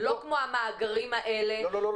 לא כמו המאגרים האלה --- לא,